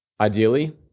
ideally